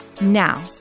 Now